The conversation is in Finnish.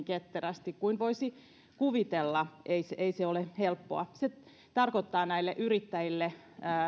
ketterästi kuin voisi kuvitella ei se ei se ole helppoa se tarkoittaa näille yrittäjille